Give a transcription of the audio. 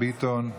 ביטון,